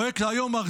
היום פרויקט ארצי,